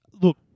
Look